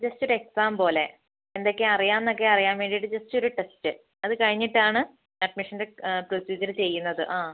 ജസ്റ്റോരു exam പോലെ എന്തൊക്കെ അറിയാമെന്നൊക്കെ അറിയാൻ വേണ്ടിയിട്ട് ജസ്റ്റ് ഒരു ടെസ്റ്റ് അത് കഴിഞ്ഞിട്ടാണ് അഡ്മിഷൻ്റെ പ്രൊസീജിയർ ചെയ്യുന്നത് ആ